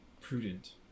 prudent